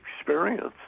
experience